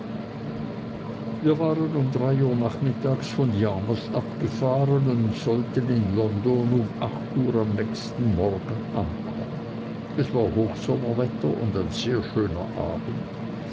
wir waren um drei uhr nachmittags von yarmouth abgefahren und sollten in london um acht uhr am nächsten morgen ankommen es war hochsommerwetter und ein sehr schöner abend